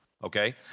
okay